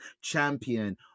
champion